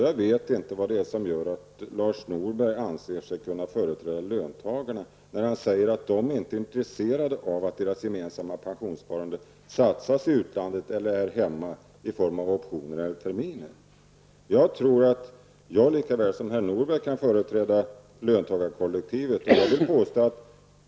Jag vet inte varför Lars Norberg anser sig kunna företräda löntagarna när han säger att de inte är intresserade av att deras gemensamma pensionssparande satsas i utlandet eller här hemma i form av optioner eller terminer. Jag tror att jag lika väl som herr Norberg kan företräda löntagarkollektivet.